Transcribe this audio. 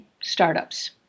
startups